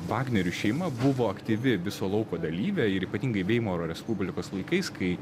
vagnerių šeima buvo aktyvi viso lauko dalyvė ir ypatingai veimaro respublikos laikais kai